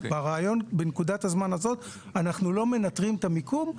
בנקודת הזמן הזאת אנחנו לא מנטרים את המיקום.